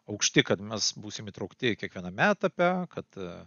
aukšti kad mes būsim įtraukti kiekviename etape kad